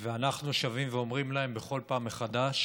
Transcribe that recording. ואנחנו שבים ואומרים להם בכל פעם מחדש: